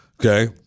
Okay